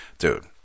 dude